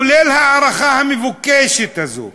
כולל ההארכה המבוקשת הזו.